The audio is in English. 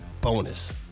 bonus